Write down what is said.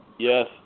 Yes